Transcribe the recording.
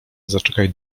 zaczekaj